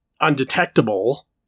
undetectable